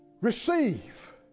Receive